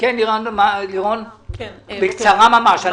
לירון, בבקשה.